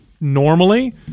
normally